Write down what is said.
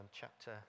chapter